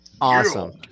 Awesome